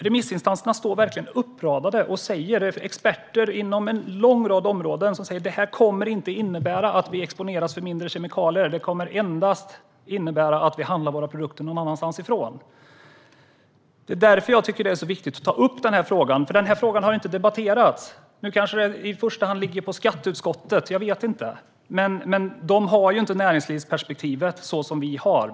Remissinstanserna och experter på en lång rad områden säger att förslaget inte kommer att innebära att vi exponeras för en mindre mängd kemikalier utan endast kommer att innebära att vi handlar våra produkter någon annanstans. Det är därför jag tycker att det är viktigt att ta upp frågan eftersom den inte har debatterats. Nu kanske den i första hand ligger på skatteutskottet - jag vet inte - men de har inte näringslivsperspektivet såsom vårt utskott har.